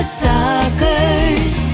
suckers